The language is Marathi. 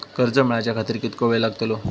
कर्ज मेलाच्या खातिर कीतको वेळ लागतलो?